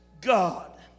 God